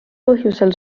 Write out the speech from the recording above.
põhjusel